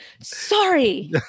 Sorry